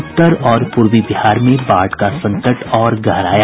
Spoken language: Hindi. उत्तर और पूर्वी बिहार में बाढ़ का संकट और गहराया